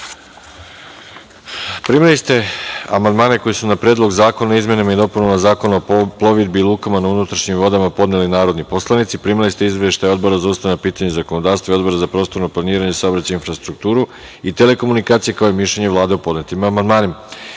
celini. Primili ste amandmane koje su na Predlog zakona o izmenama i dopunama Zakona o plovidbi i lukama na unutrašnjim vodama podneli narodni poslanici. Primili ste izveštaje Odbora za ustavna pitanja i zakonodavstvo i Odbora za prostorno planiranje, saobraćaj i infrastrukturu i telekomunikacije, kao mišljenje Vlade o podnetim amandmanima. Pošto